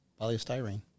polystyrene